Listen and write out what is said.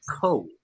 code